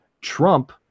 Trump